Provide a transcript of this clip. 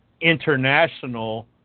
international